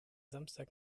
samstag